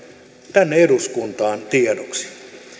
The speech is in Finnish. tänne eduskuntaan tiedoksi